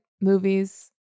movies